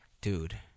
Dude